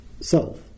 self